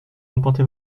emporter